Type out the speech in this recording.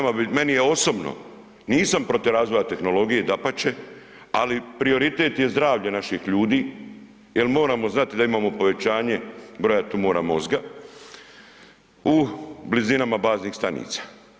Meni je osobno nisam protiv razvoja tehnologije dapače, ali prioritet je zdravlje naših ljudi jer moramo znati da imamo povećanje broja tumora mozga u blizinama baznih stanica.